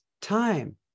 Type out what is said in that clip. time